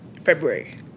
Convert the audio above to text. February